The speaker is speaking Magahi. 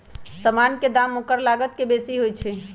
समान के दाम ओकर लागत से बेशी होइ छइ